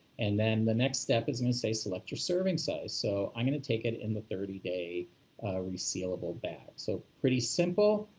and then the next step is gonna say select your serving size. so i'm going to take it in the thirty day resealable bag, so pretty simple.